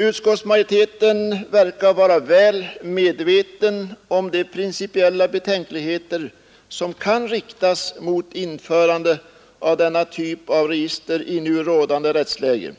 Utskottsmajoriteten verkar vara väl medveten om de principiella betänkligheter, som kan riktas mot införande av denna typ av register i nu rådande rättsläge,